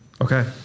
Okay